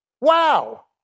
Wow